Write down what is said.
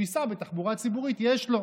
שייסע בתחבורה הציבורית, יש לו.